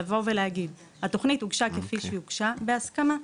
זה כדי לבוא ולהגיד שהתוכנית הוגשה כפי שהוגשה בהסכמה.